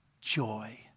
joy